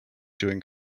doing